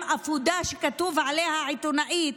עם אפודה שכתוב עליה "עיתונאית",